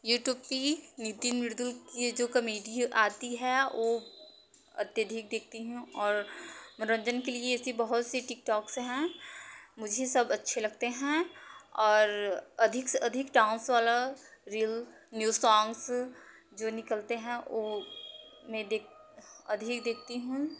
YouTube पे नितिन मृदुल की ये जो कमेडी आती है ओ अत्यधिक देखती हूँ और मनोरंजन के लिए ऐसी बहुत सी टिकटोक्स हैं मुझे सब अच्छे लगते हैं और अधिक से अधिक डांस वाला रील न्यू सोंग्स जो निकलते हैं और मैं देख अधिक देखती हूँ